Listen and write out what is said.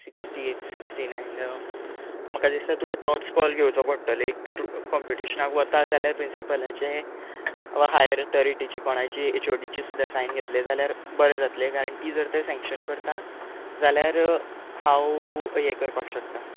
sixty eight sixty nine म्हाका दिसता तुवें तोच कोल घेवचो पडटलें एक तर कोम्पटिशनाक वता जाल्यार प्रिन्सीपलाचें वा हायर अथोरिटीची कोणाचीय एच ओ डी ची सुद्दां सायन घेतली जाल्यार बरें जातलें कारण ती जर तर सेंकशन करता जाल्यार हांव हें करपाक शकता